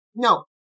No